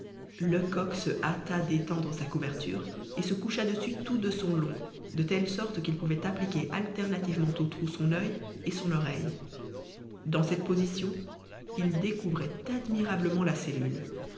lecoq se hâta d'étendre sa couverture et se coucha dessus tout de son long de telle sorte qu'il pouvait appliquer alternativement au trou son œil et son oreille dans cette position il découvrait admirablement la cellule